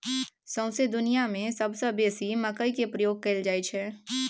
सौंसे दुनियाँ मे सबसँ बेसी मकइ केर प्रयोग कयल जाइ छै